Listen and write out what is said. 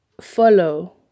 follow